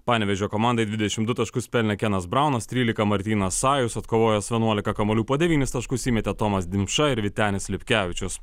panevėžio komandai dvidešim du taškus pelnė kenas braunas trylika martynas sajus atkovojęs vienuolika kamuolių po devynis taškus įmetė tomas dimša ir vytenis lipkevičius